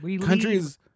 countries